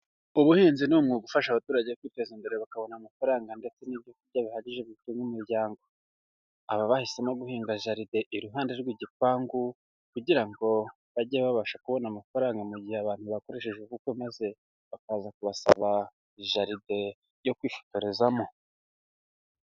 Ubuhinzi ni umwuga ufasha abaturage kwiteza imbere bakabona amafaranga ndetse n'ibyo kurya bihagije bitunga umuryango. Aba bahisemo guhinga jaride iruhande rw'igipangu kugira ngo bajye babasha kubona amafaranga mu gihe abantu bakoresheje ubukwe maze bakaza kubasaba jaride yo kwifotorezamo.